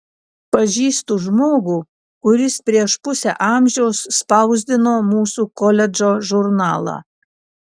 pažįstu žmogų kuris prieš pusę amžiaus spausdino mūsų koledžo žurnalą